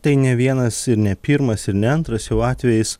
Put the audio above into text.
tai ne vienas ir ne pirmas ir ne antras jau atvejis